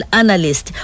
analyst